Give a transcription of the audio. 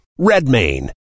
RedMain